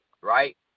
right